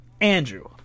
Andrew